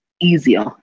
easier